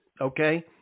Okay